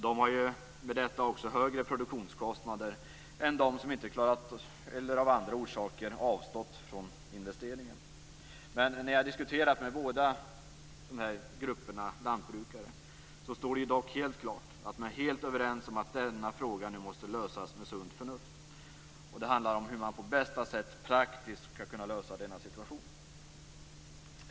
De har högre produktionskostnader än de som av andra orsaker har avstått från investeringen. Men efter att ha diskuterat med båda dessa grupper av lantbrukare står det helt klart att problemen måste lösas med sunt förnuft. Det handlar om att på bästa sätt praktiskt lösa situationen.